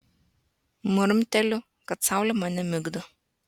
murmteliu kad saulė mane migdo